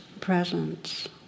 presence